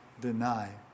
deny